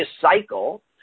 cycle